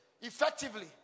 effectively